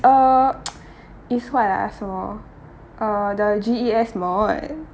uh it's what ah 什么 uh the G_E_S mod